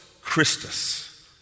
Christus